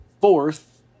fourth